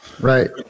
Right